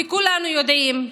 וכולנו יודעים,